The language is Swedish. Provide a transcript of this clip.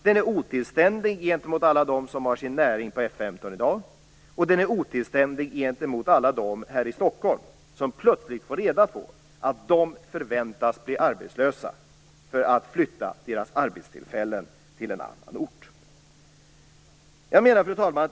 Den är otillständig gentemot alla dem som har sin näring på F 15 i dag, och den är otillständig gentemot alla dem här i Stockholm, som plötsligt får reda på att de förväntas bli arbetslösa för att deras arbeten flyttas till en annan ort. Fru talman!